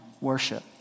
worship